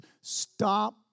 Stop